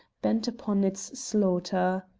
bent upon its slaughter.